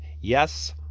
yes